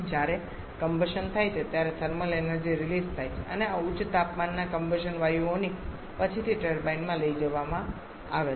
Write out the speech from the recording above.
જ્યારે કમ્બશન થાય છે ત્યારે થર્મલ એનર્જી રીલીઝ થાય છે અને આ ઉચ્ચ તાપમાનના કમ્બશન વાયુઓને પછીથી ટર્બાઇનમાં લઈ જવામાં આવે છે